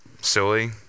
silly